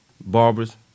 Barbers